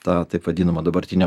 tą taip vadinamą dabartinę